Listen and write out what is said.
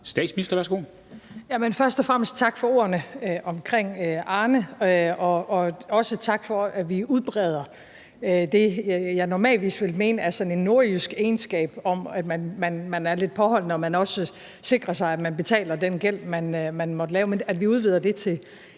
(Mette Frederiksen): Først og fremmest tak for ordene omkring Arne, og også tak for, at vi udvider det, som jeg normalt vil mene er sådan en nordjysk egenskab, om, at man er lidt påholdende og man også sikrer sig, at man betaler den gæld, som man måtte lave, til en større del